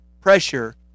pressure